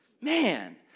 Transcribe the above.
Man